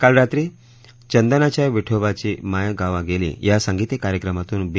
काल रात्री चद्छाच्या विठोबाची माय गावा गेली या साशित्तीक कार्यक्रमातून बी